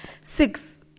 six